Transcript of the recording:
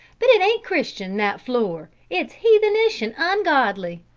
but it ain't christian, that floor! it's heathenish and ungodly!